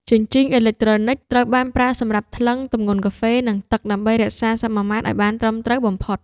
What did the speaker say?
ជញ្ជីងអេឡិចត្រូនិកត្រូវបានប្រើសម្រាប់ថ្លឹងទម្ងន់កាហ្វេ និងទឹក ដើម្បីរក្សាសមាមាត្រឱ្យបានត្រឹមត្រូវបំផុត។